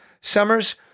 summers